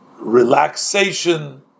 relaxation